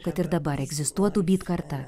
kad ir dabar egzistuotų byt karta